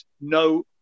No